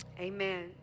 Amen